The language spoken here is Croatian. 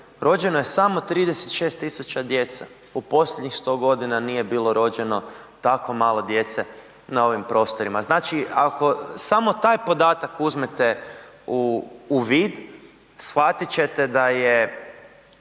rođeno je samo 36.000 djece u posljednjih 100 godina nije bilo rođeno tako malo djece na ovim prostorima. Znači, ako samo taj podatak uzmete u vid shvatit ćete da će